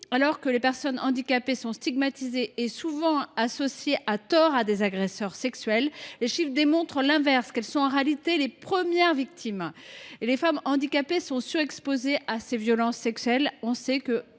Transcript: Alors que les personnes handicapées sont stigmatisées et souvent associées à tort à des agresseurs sexuels, les chiffres démontrent l’inverse : elles sont en réalité les premières victimes. En effet, les femmes handicapées sont surexposées aux violences sexuelles : une sur